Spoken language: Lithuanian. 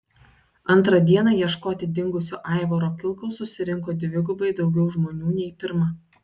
antrą dieną ieškoti dingusio aivaro kilkaus susirinko dvigubai daugiau žmonių nei pirmą